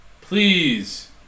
Please